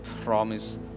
promise